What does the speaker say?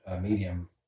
medium